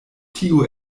tio